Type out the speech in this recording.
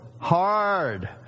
Hard